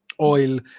oil